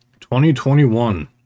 2021